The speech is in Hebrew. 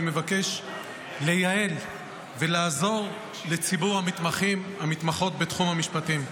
אני מבקש לייעל ולעזור לציבור המתמחים והמתמחות בתחום המשפטים.